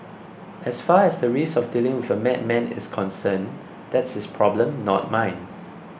as far as the risk of dealing with a madman is concerned that's his problem not mine